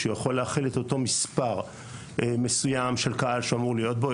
שהוא יכול להכיל את מספר מסוים של קהל שאמור להיות בו.